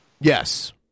Yes